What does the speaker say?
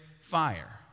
fire